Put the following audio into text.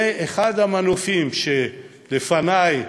זה אחד המנופים, שלפני,